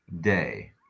Day